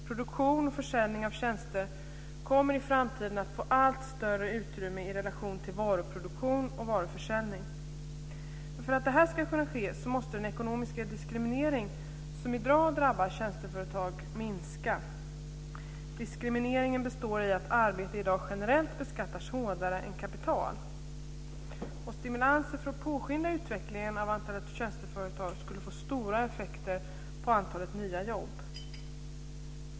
Produktion och försäljning av tjänster kommer i framtiden att få allt större utrymme i relation till varuproduktion och varuförsäljning. För att det här ska kunna ske måste den ekonomiska diskriminering som i dag drabbar tjänsteföretag minska. Diskrimineringen består i att arbete i dag generellt beskattas hårdare än kapital. Stimulanser för att påskynda utvecklingen av antalet tjänsteföretag skulle få stora effekter när det gäller antalet nya jobb.